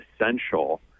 essential